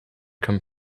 come